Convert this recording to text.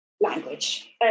language